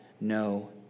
no